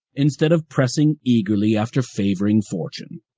instead of pressing eagerly after favoring fortune.